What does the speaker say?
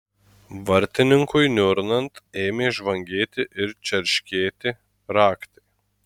vartininkui niurnant ėmė žvangėti ir čerškėti raktai